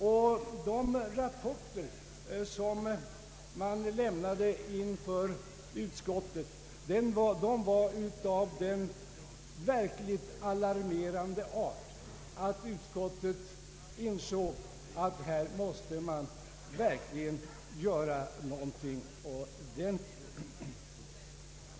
De rapporter som lämnades inför utskottet var av så alarmerande art att utskottet insåg att här måste göras någonting ordentligt.